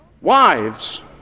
wives